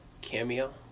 cameo